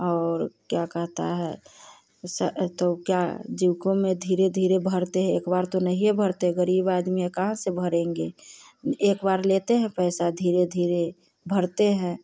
और क्या कहता है स तो क्या जीवको में धीरे धीरे भरते एक बार तो नहिए भरते ग़रीब आदमी हैं कहाँ से भरेंगे एक बार लेते हैं पैसा धीरे धीरे भरते हैं